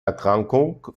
erkrankung